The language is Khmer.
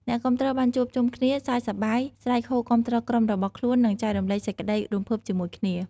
អ្នកគាំទ្របានជួបជុំគ្នា សើចសប្បាយ ស្រែកហ៊ោគាំទ្រក្រុមរបស់ខ្លួន និងចែករំលែកសេចក្តីរំភើបជាមួយគ្នា។